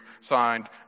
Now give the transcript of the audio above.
signed